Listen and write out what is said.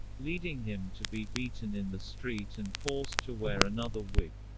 leading him to be beaten in the street and forced to wear another wig.